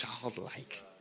childlike